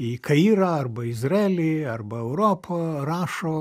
į kairą arba izraelį arba europą rašo